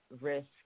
risk